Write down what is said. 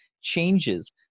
changes